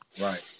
Right